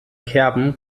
kerben